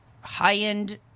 high-end